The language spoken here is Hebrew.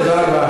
תודה רבה.